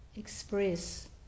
express